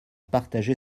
partagé